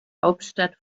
hauptstadt